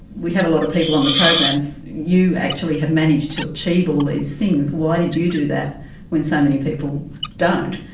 we have a lot of people on the programs, you actually have managed to achieve all these things why did you do that when so many people don't?